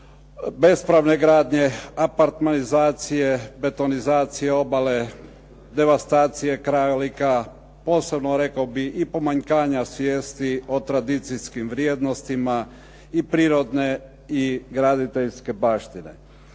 bespravne gradnje, apartmanizacije, betonizacije obale, devastacije krajolika, posebno rekao bih i pomanjkanja svijesti o tradicijskim vrijednostima i prirodne i graditeljske baštine.